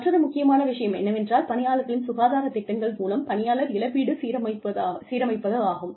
மற்றொரு முக்கியமான விஷயம் என்னவென்றால் பணியாளர்களின் சுகாதார திட்டங்கள் மூலம் பணியாளர் இழப்பீட்டு சீரமைப்பதாகும்